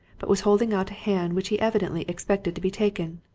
but was holding out a hand which he evidently expected to be taken.